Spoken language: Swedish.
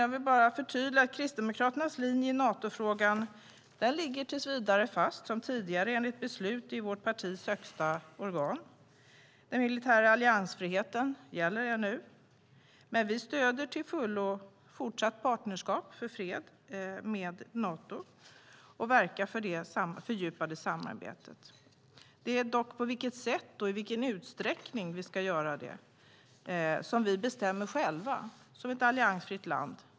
Jag vill förtydliga att Kristdemokraternas linje i Natofrågan ligger fast tills vidare enligt beslut i partiets högsta beslutande organ. Den militära alliansfriheten gäller ännu. Men vi stöder till fullo fortsatt deltagande i Partnerskap för fred med Nato och ett fördjupat samarbete med Nato. Det är dock på vilket sätt och i vilken utsträckning vi ska göra det som vi bestämmer själva som ett alliansfritt land.